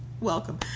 welcome